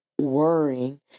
worrying